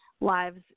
lives